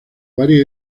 varias